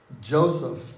Joseph